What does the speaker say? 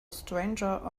stranger